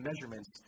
measurements